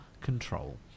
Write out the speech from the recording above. control